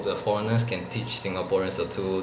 the foreigners can teach singaporeans a two